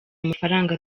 amafaranga